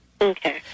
Okay